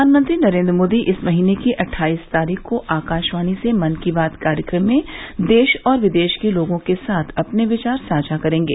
प्रधानमंत्री नरेन्द्र मोदी इस महीने की अट्ठाईस तारीख को आकाशवाणी से मन की बात कार्यक्रम में देश और विदेश के लोगों के साथ अपने विचार साझा करेंगे